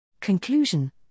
Conclusion